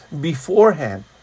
beforehand